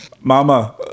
Mama